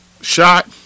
shot